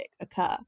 occur